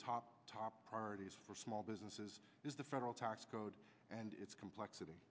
top top priorities for small businesses is the federal tax code and its complexity